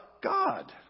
God